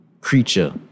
creature